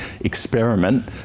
experiment